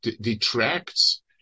detracts